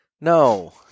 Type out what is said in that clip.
No